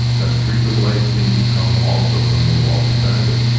a streak of light seemed to come also from the wall beside it.